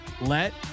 Let